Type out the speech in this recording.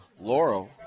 Laurel